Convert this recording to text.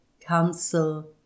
council